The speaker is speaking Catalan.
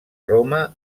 roma